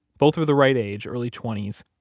both were the right age, early twenty s.